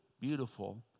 beautiful